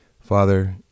Father